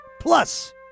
plus